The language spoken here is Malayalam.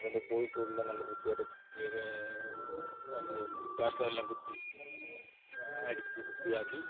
അതിന്റെ കോഴിക്കൂട് എല്ലാം നല്ല വൃത്തിയായിട്ട് കഴുകി അതിന്റെ കാഷ്ടം എല്ലാം കുത്തി അടിച്ച് വൃത്തിയാക്കി